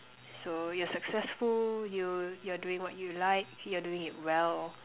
so you're successful you you're doing what you like you're doing it well